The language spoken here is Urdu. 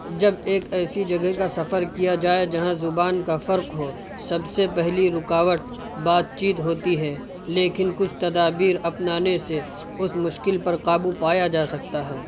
جب ایک ایسی جگہ کا سفر کیا جائے جہاں زبان کا فرق ہو سب سے پہلی رکاوٹ بات چیت ہوتی ہے لیکن کچھ تدابیر اپنانے سے اس مشکل پر قابو پایا جا سکتا ہے